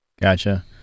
Gotcha